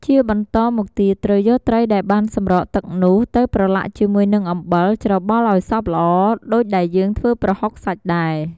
ជាបន្តមកទៀតត្រូវយកត្រីដែលបានសម្រក់ទឹកនោះ ទៅប្រឡាក់ជាមួយនឹងអំបិលច្របល់ឱ្យសព្វល្អ ដូចដែលយើងធ្វើប្រហុកសាច់ដែរ។